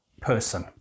person